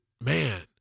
man